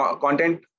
content